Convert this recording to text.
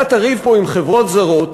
אתה תריב פה עם חברות זרות,